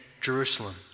Jerusalem